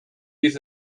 les